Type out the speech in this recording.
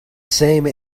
same